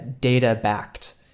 data-backed